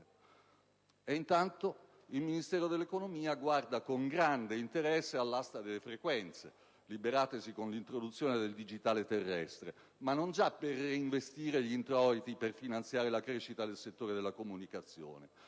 Intanto, il Ministero dell'economia guarda con grande interesse all'asta delle frequenze liberatesi con l'introduzione del digitale terrestre, non già per reinvestirne gli introiti per finanziare la crescita del settore della comunicazione,